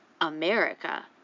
America